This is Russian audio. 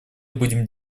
будем